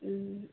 ꯎꯝ